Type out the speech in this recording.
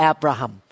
Abraham